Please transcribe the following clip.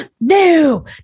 No